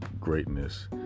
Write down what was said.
greatness